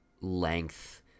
length